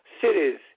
cities